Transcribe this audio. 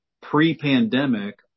pre-pandemic